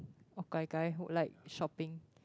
oh gai-gai who like shopping